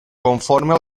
conforme